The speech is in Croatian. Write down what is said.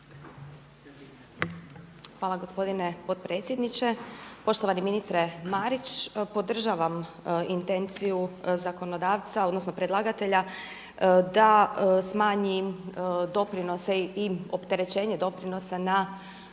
Hvala gospodine potpredsjedniče. Poštovani ministre Marić, podržavam intenciju zakonodavca, odnosno predlagatelja da smanji doprinose i opterećenje doprinosa na